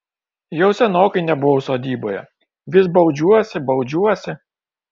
jau senokai nebuvau sodyboje vis baudžiuosi baudžiuosi